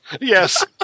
Yes